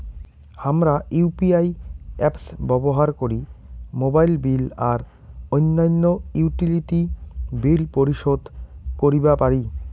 হামরা UPI apps ব্যবহার করি মোবাইল বিল আর অইন্যান্য ইউটিলিটি বিল পরিশোধ করিবা পারি